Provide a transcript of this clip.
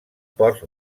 port